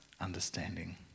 understanding